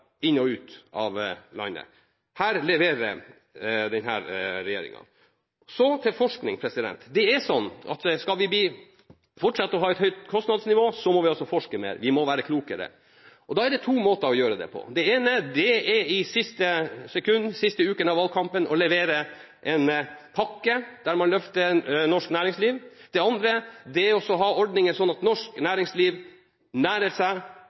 inn og ut av landet. Her leverer dagens regjering. Så til forskning. Skal vi fortsette å ha et høyt kostnadsnivå, må vi forske mer, og vi må være klokere. Det er to måter å gjøre det på. Den ene måten er å levere – i siste sekund, den siste uka av valgkampen – en pakke der man løfter norsk næringsliv. Den andre måten er å ha ordninger, sånn at norsk næringsliv nærer seg